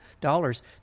dollars